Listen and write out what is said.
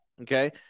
okay